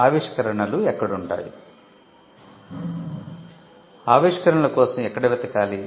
ఆవిష్కరణల కోసం ఎక్కడ వెతకాలి